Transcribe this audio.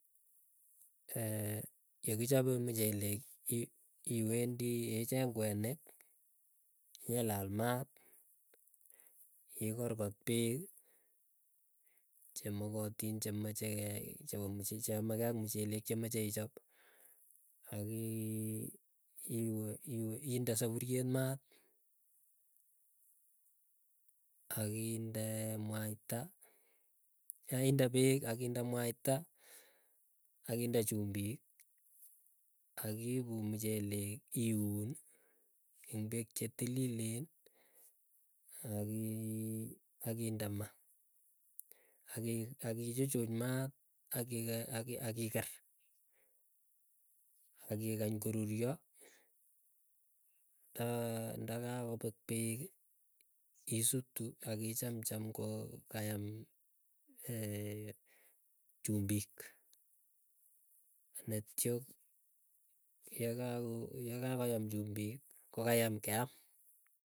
yekichope muchelek iwendi icheng kwenik nyelal maat, ikorkot peek chemokoting chemoche. Cheyame kei ak muchelek chemache ichop akiwe inde sapuriet maa akinde muata yainde peeki akinde mwaita akinde chumbiikakiipu muchelek iuni ing peek chetililrn. Akinde maah akichuchu maat akiker akikany koruryo, nda ndakakopek pek isutu akichacham ngo kayam chumbik andatyo kakoyam chumbik kokayam keam.